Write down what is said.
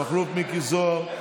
מכלוף מיקי זוהר,